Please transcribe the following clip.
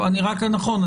נכון,